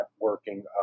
working